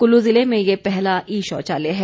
कुल्लू ज़िले में ये पहला ई शौचालय है